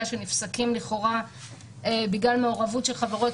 שנפסקים לכאורה בגלל מעורבות של חברות,